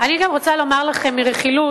אני גם רוצה לומר לכם מרכילות,